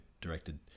directed